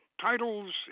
titles